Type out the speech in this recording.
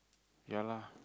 ya lah